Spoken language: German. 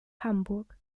hamburg